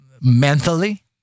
mentally